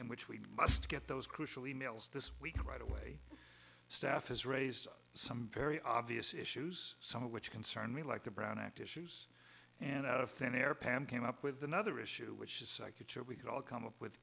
in which we must get those crucial emails this week right away staff has raised some very obvious issues some of which concern me like the brown active issues and out of thin air pam came up with another issue which is i could sure we could all come up with